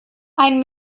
ein